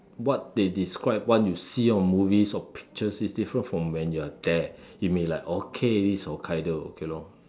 what they describe what you see on movies or pictures it's different from when you are there you may like okay this is Hokkaido okay lor